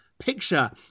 picture